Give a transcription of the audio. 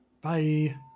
Bye